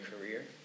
career